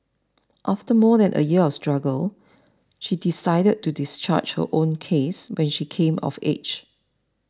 after more than a year of struggle she decided to discharge her own case when she came of age